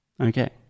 Okay